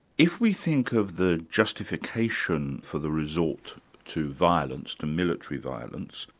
if we think of the justification for the resort to violence, to military violence,